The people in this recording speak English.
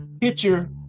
picture